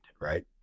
right